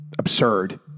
absurd